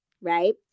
right